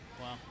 Wow